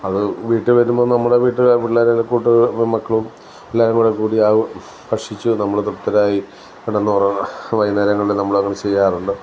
അത് വീട്ടിൽ വരുമ്പോൾ നമ്മുടെ വീട്ടിലെ പിള്ളേരും കൂട്ട് മക്കളും എല്ലാരും കൂടെ കൂടി ഭക്ഷിച്ചു നമ്മൾ തൃപ്തരായി കിടന്നുറങ്ങുന്ന വൈകുന്നേരങ്ങളിൽ നമ്മൾ അങ്ങനെ ചെയ്യാറുണ്ട്